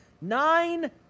nine